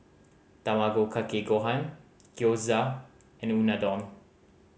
Tamago Kake Gohan Gyoza and Unadon